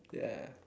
ya